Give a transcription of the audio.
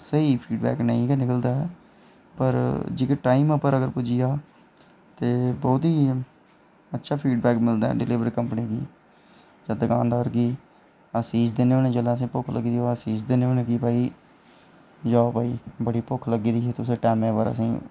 स्हेई फीडबैक नेईं गै निकलदा ऐ पर जेह्के टाईम पर अगर पुज्जी जा ते बहुत ई अच्छा फीड़बैक मिलदा डिलिवर कंपनी गी जां दकानदार गी अस दिन्ने हगोने आं की भई जेल्लै भुक्ख लग्गी दी होऐ जाओ भई बड़ी भुक्ख लग्गी दी ही ते तुसें टैमें पर असेंगी